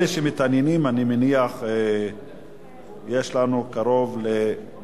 אלה שמתעניינים, אני מניח שיש לנו מעל